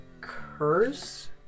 curse